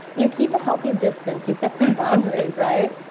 you keep a healthy distance. you set some boundaries, right?